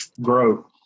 grow